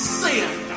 sin